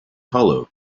hollow